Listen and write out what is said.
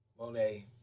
Monet